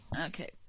Okay